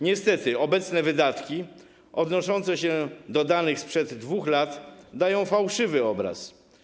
Niestety, obecne wydatki odnoszące się do danych sprzed 2 lat dają fałszywy obraz.